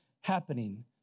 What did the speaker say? happening